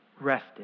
rested